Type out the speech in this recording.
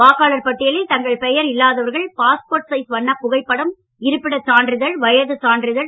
வாக்காளர் பட்டியலில் தங்கள் பெயர் இல்லாதவர்கள் பாஸ்போர்ட் சைஸ் வண்ணப் புகைப்படம் இருப்பிட சான்றிதழ் வயது சான்றிதழ்